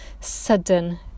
sudden